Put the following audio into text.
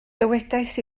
dywedais